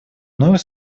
мной